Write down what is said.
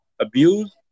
abuse